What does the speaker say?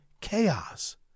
chaos